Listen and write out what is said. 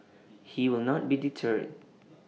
he will not be deterred